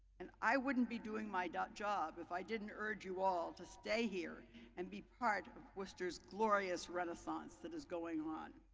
and i wouldn't be doing my job if i didn't urge you all to stay here and be part of worcester's glorious renaissance that is going on.